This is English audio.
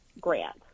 grant